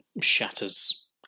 shatters